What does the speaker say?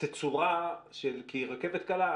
רכבת קלה,